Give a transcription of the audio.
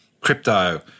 crypto